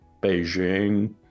Beijing